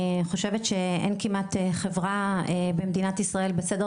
אני חושבת שאין כמעט חברה במדינת ישראל בסדר